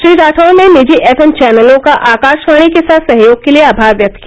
श्री राठौड़ ने निजी एफएम चैनलों का आकाशवाणी के साथ सहयोग के लिए आभार व्यक्त किया